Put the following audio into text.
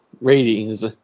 ratings